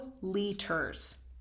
liters